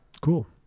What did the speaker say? Cool